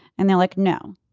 and they're like, no.